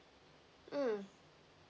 mm